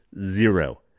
zero